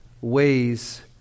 ways